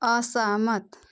असहमत